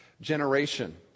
generation